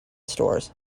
stores